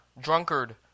drunkard